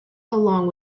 along